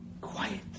Quiet